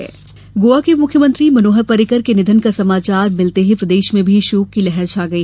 पर्रिकर श्रद्धांजलि प्रदेश गोवा के मुख्यमंत्री मनोहर पर्रिकर के निधन का समाचार मिलते ही प्रदेश में भी शोक की लहर छा गई